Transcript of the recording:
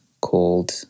called